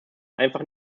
einfach